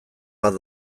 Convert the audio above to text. bat